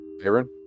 Aaron